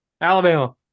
Alabama